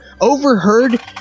overheard